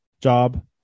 job